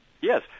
Yes